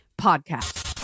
podcast